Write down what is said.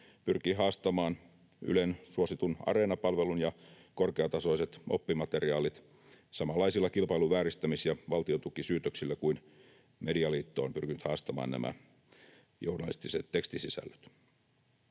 pyrkii haastamaan Ylen suositun Areena-palvelun ja korkeatasoiset oppimateriaalit samanlaisilla kilpailunvääristämis- ja valtiontukisyytöksillä kuin joilla Medialiitto on pyrkinyt haastamaan nämä journalistiset tekstisisällöt.